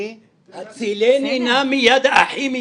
אני --- הצילני נא מיד אחי,